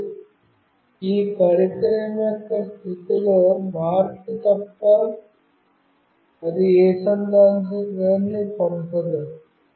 మరియు ఈ పరికరం యొక్క స్థితిలో మార్పు తప్ప అది ఏ సందేశాన్ని పంపదు